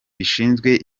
bishinzwe